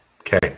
Okay